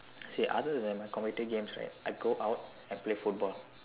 see other than my computer games right I go out I play football